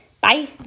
Bye